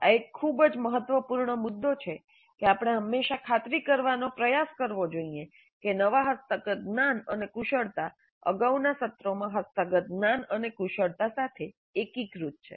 આ એક ખૂબ જ મહત્વપૂર્ણ મુદ્દો છે કે આપણે હંમેશાં ખાતરી કરવાનો પ્રયાસ કરવો જોઈએ કે નવા હસ્તગત જ્ઞાન અને કુશળતા અગાઉના સત્રોમાં હસ્તગત જ્ઞાન અને કુશળતા સાથે એકીકૃત છે